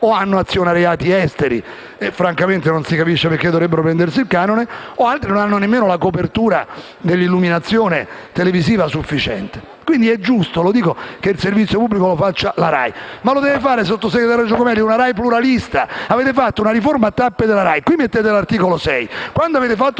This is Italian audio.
o hanno azionariati esteri, e francamente non si capisce perché dovrebbero prendersi il canone, o non hanno nemmeno la copertura dell'illuminazione televisiva sufficiente. Quindi è giusto, lo ripeto, che il servizio pubblico lo faccia la RAI, ma lo deve fare, sottosegretario Giacomelli, una RAI pluralista. Avete fatto una riforma a tappe della RAI: qui scrivete l'articolo 6, ma quando avete fatto